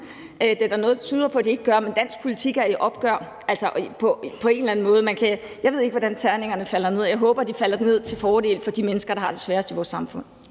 Det er der noget der tyder på at de ikke får, men der er opgør i dansk politik på en eller anden måde. Jeg ved ikke, hvordan terningerne falder. Jeg håber, de falder til fordel for de mennesker, der har det sværest i vores samfund.